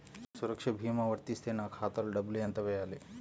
సురక్ష భీమా వర్తిస్తే నా ఖాతాలో డబ్బులు ఎంత వేయాలి?